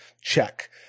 check